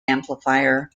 amplifier